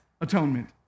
atonement